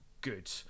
good